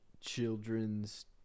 children's